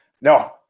No